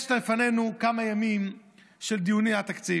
יש לפנינו כמה ימים של דיוני תקציב,